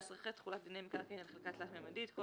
תחולת דיני מקרקעין על חלקה תלת־ממדית 14ח.כל